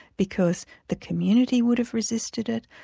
because the community would have resisted it,